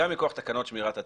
גם מכוח תקנות שמורות הטבע,